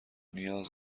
نیاز